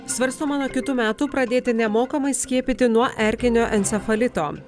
svarstoma nuo kitų metų pradėti nemokamai skiepyti nuo erkinio encefalito